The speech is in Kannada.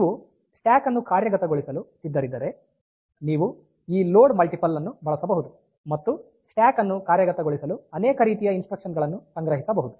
ನೀವು ಸ್ಟ್ಯಾಕ್ ಅನ್ನು ಕಾರ್ಯಗತಗೊಳಿಸಲು ಸಿದ್ಧರಿದ್ದರೆ ನೀವು ಈ ಲೋಡ್ ಮಲ್ಟಿಪಲ್ ಅನ್ನು ಬಳಸಬಹುದು ಮತ್ತು ಸ್ಟ್ಯಾಕ್ ಅನ್ನು ಕಾರ್ಯಗತಗೊಳಿಸಲು ಅನೇಕ ರೀತಿಯ ಇನ್ಸ್ಟ್ರಕ್ಷನ್ ಗಳನ್ನು ಸಂಗ್ರಹಿಸಬಹುದು